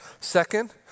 Second